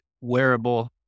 wearable